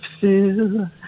feel